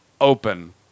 open